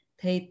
thì